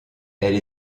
elle